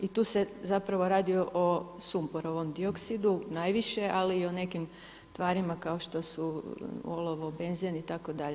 I tu se zapravo radi o sumporovom dioksidu najviše ali i o nekim tvarima kao što su olovo, benzin itd.